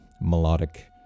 melodic